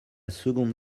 seconde